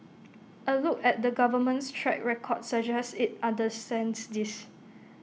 A look at the government's track record suggests IT understands this